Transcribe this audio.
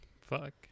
Fuck